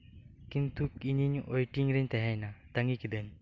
ᱠᱤᱱᱛᱩ ᱤᱧᱤᱧ ᱳᱭᱮᱴᱤᱝᱨᱮᱧ ᱛᱟᱦᱮᱸᱭᱮᱱᱟ ᱛᱟᱺᱜᱤ ᱠᱤᱫᱟᱹᱧ